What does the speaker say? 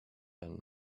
and